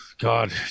God